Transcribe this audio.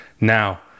Now